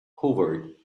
hoovered